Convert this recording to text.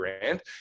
grand